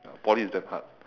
poly is damn hard